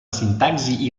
sintaxi